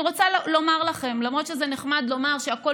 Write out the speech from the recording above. אני רוצה לומר לכם שלמרות שזה נחמד לומר שהכול